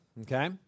Okay